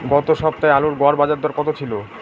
গত সপ্তাহে আলুর গড় বাজারদর কত ছিল?